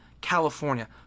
California